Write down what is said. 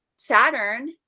saturn